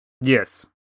Yes